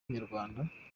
inyarwanda